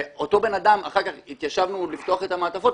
אחר כך התיישבנו לפתוח את המעטפות,